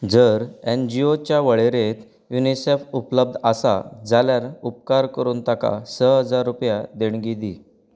जर एनजीओच्या वळेरेंत युनिसेफ उपलब्ध आसा जाल्यार उपकार करून ताका स हजार रुपया देणगी दी